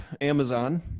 Amazon